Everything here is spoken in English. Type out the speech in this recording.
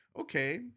Okay